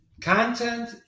Content